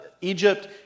Egypt